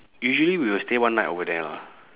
usually we will stay one night over there lah